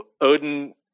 Odin